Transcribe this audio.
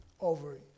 over